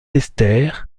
esther